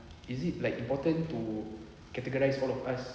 is it like important to categorise all of us